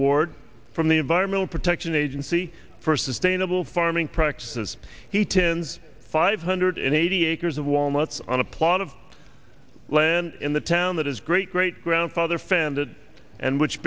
award from the environmental protection agency for sustainable farming practices heaton's five hundred and eighty acres of walnuts on a plot of land in the town that his great great grandfather founded and which